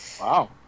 Wow